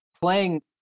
playing